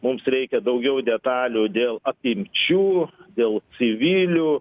mums reikia daugiau detalių dėl apimčių dėl civilių